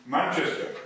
Manchester